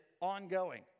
ongoing